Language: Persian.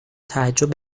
تعجب